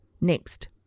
Next